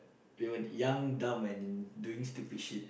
we were young dumb and doing stupid shit